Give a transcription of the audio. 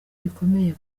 bikomeye